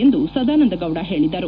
ಎಂದು ಸದಾನಂದ ಗೌಡ ಹೇಳಿದರು